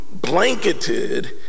blanketed